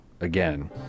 Again